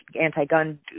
anti-gun